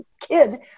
kid